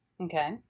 Okay